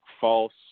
false